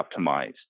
optimized